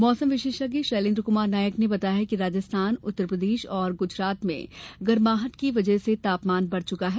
मौसम विशेषज्ञ शैलेंद्र कमार नायक ने बताया कि राजस्थान उत्तर प्रदेश एवं गुजरात में गर्माहट की वजह से तापमान बढ़ चुका है